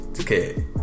Okay